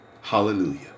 Hallelujah